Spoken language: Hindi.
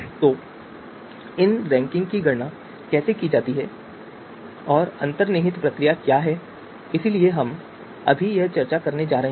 तो इन रैंकिंग की गणना कैसे की जाती है और अंतर्निहित प्रक्रिया क्या है इसलिए हम अभी चर्चा करने जा रहे हैं